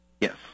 Yes